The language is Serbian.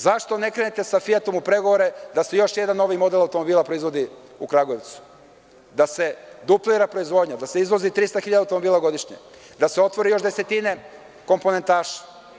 Zašto ne krenete sa „Fijatom“ u pregovore da se još jedan novi model automobila proizvodi u Kragujevcu, da se duplira proizvodnja, da se izvozi 300 hiljada automobila godišnje, da se otvori još desetine komponentaša?